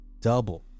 double